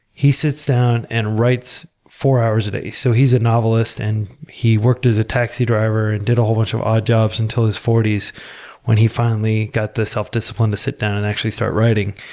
he sits down and writes four hours a day. he so he is a novelist and he worked as a taxi driver and did a whole bunch of odd jobs until his forty s when he finally got the self-discipline to sit down and actually start writing.